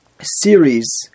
series